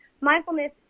mindfulness